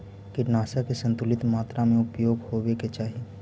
कीटनाशक के संतुलित मात्रा में उपयोग होवे के चाहि